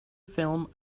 film